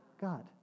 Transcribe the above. God